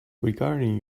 regarding